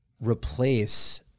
replace